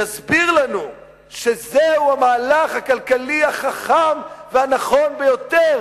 יסביר לנו שזהו המהלך הכלכלי החכם והנכון ביותר.